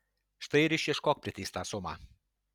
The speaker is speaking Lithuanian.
štai ir išieškok priteistą sumą